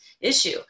issue